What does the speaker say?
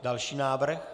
Další návrh.